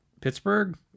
Pittsburgh